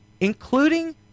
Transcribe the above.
including